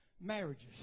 marriages